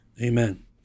Amen